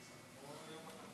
אדוני,